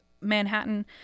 manhattan